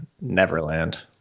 Neverland